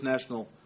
national